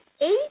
eight